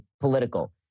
political